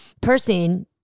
person